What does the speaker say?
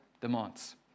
demands